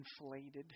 inflated